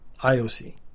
IOC